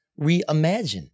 reimagine